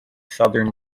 southern